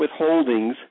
withholdings